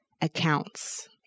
accounts